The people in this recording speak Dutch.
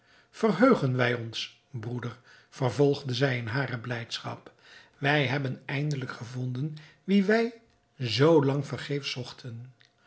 verheugen wij ons broeder vervolgde zij in hare blijdschap wij hebben eindelijk gevonden wien wij zoo lang vergeefs zochten